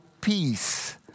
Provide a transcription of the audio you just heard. peace